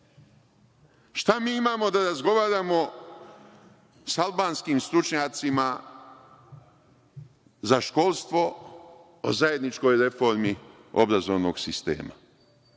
red. Šta mi imamo da razgovaramo sa albanskim stručnjacima za školstvo o zajedničkoj reformi obrazovnog sistema?